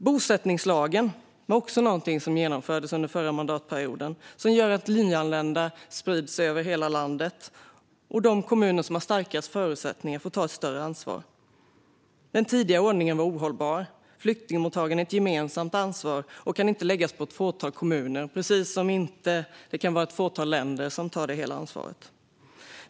Bosättningslagen var också något som genomfördes under förra mandatperioden. Den gör att nyanlända sprids över hela landet och att de kommuner som har starkast förutsättningar får ta ett större ansvar. Den tidigare ordningen var ohållbar. Flyktingmottagande är ett gemensamt ansvar och kan inte läggas på ett fåtal kommuner, precis som det inte kan vara ett fåtal länder som ska ta hela ansvaret.